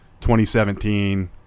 2017